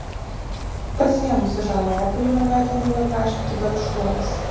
pasiėmusi žalią obuolį mergaitė ėmė juo traiškyti darbštuoles